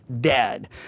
dead